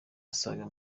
asaga